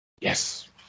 Yes